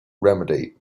remedy